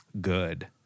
good